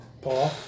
Paul